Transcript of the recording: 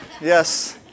yes